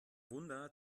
wunder